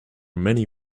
many